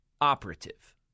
operative